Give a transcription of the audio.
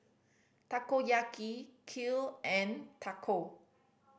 Takoyaki Kheer and Taco